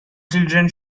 children